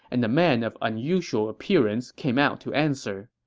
and the man of unusual appearance came out to answer.